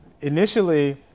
initially